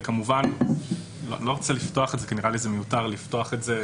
אני כמובן לא רוצה לפתוח אותי כי נראה לי שזה מיותר לפתוח את זה,